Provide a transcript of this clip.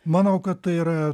manau kad tai yra